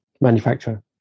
manufacturer